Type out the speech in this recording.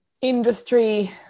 industry